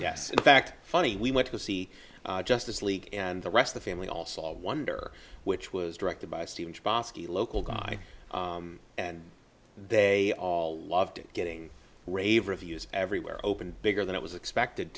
yes in fact funny we went to see justice league and the rest of the family all saw wonder which was directed by steven the local guy and they all loved getting rave reviews everywhere opened bigger than it was expected